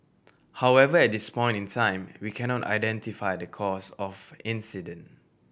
however at this point in time we cannot identify the cause of incident